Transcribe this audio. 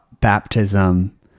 baptism